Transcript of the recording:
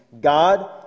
God